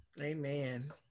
amen